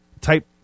type